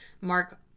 Mark